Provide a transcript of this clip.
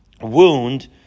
wound